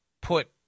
put